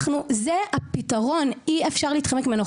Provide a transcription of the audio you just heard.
אנחנו חייבים, זה הפתרון ואי אפשר להתחמק מזה.